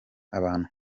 abantu